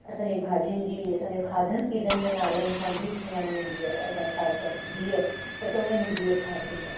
असांजी भाॼियुनि जी असांजे खाधनि पीतनि जे नालनि सां बि सुञाणी वेंदी आहे असां छा चऊं बिह त चवंदा आहिनि इहे बिह छा थींदा आहिनि